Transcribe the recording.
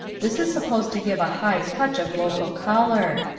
this is supposed to give a high touch of local colour.